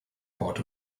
part